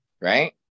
right